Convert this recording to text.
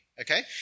okay